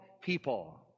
people